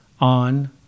on